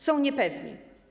Są niepewni.